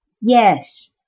Yes